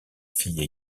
filles